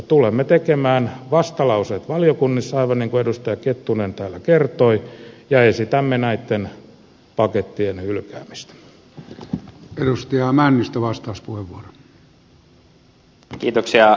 tulemme tekemään vastalauseet valiokunnissa aivan niin kuin edustaja kettunen täällä kertoi ja esitämme näitten pakettien hylkäämistä